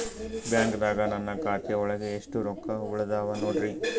ಬ್ಯಾಂಕ್ದಾಗ ನನ್ ಖಾತೆ ಒಳಗೆ ಎಷ್ಟ್ ರೊಕ್ಕ ಉಳದಾವ ನೋಡ್ರಿ?